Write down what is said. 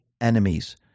enemies